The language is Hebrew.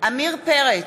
עמיר פרץ,